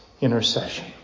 intercession